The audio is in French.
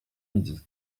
midi